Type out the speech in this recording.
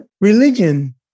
religion